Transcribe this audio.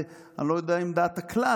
אני לא יודע אם דעת הכלל,